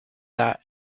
that